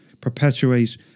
perpetuate